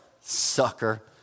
sucker